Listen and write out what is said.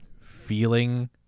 feeling